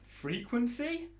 Frequency